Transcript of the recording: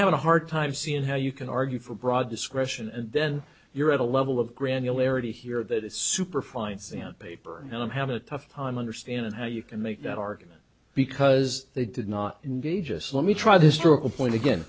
having a hard time seeing how you can argue for broad discretion and then you're at a level of granularity here that it's super fine sandpaper and i'm having a tough time understanding how you can make that argument because they did not engage us let me try this point again